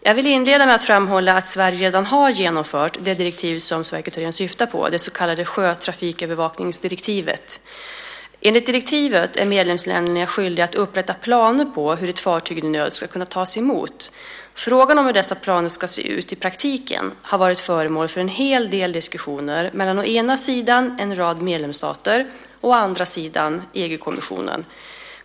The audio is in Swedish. Jag vill inleda med att framhålla att Sverige redan har genomfört det direktiv Sverker Thorén syftar på, det så kallade sjötrafikövervakningsdirektivet. Enligt direktivet är medlemsländerna skyldiga att upprätta planer på hur ett fartyg i nöd ska kunna tas emot. Frågan om hur dessa planer ska se ut i praktiken har varit föremål för en hel del diskussioner mellan å ena sidan en rad medlemsstater och å andra sidan EG-kommissionen.